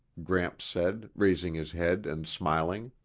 gramps said, raising his head and smiling.